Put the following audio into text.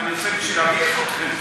אני עושה בשביל להביך אתכם?